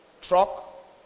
truck